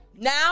Now